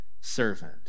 servant